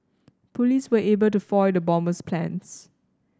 police were able to foil the bomber's plans